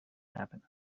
happen